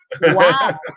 Wow